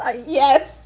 ah yeah.